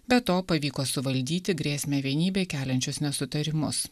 be to pavyko suvaldyti grėsmę vienybei keliančius nesutarimus